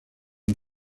une